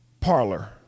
Parlor